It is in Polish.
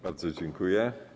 Bardzo dziękuję.